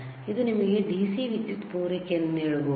ಇದು ನಿಮಗೆ DC ವಿದ್ಯುತ್ ಪೂರೈಕೆಯನ್ನು ನೀಡಬಹುದೇ